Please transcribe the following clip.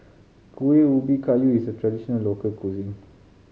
Kueh Ubi Kayu is a traditional local cuisine